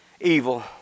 evil